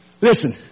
Listen